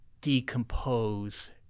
decompose